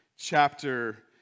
chapter